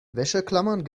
wäscheklammern